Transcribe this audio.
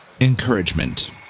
encouragement